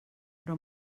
però